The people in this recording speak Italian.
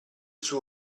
suo